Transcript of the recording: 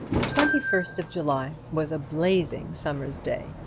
the twenty first of july was a blazing summer's day,